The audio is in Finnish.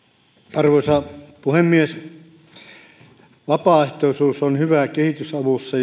arvoisa puhemies vapaaehtoisuus on hyvä kehitysavussa